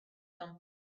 them